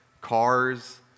cars